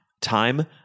Time